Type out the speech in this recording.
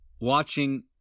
watching